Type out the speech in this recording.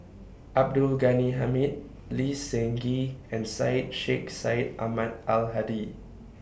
Abdul Ghani Hamid Lee Seng Gee and Syed Sheikh Syed Ahmad Al Hadi